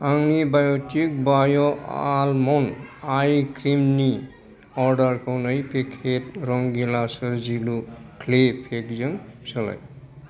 आंनि बाय'टिक बाय' आलमन्ड आइक्रिमनि अर्डारखौ नै पेकेट रंगिला सोरजिलु क्ले पेकजों सोलाय